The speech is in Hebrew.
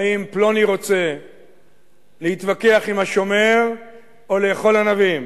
האם פלוני רוצה להתווכח עם השומר או לאכול ענבים,